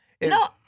no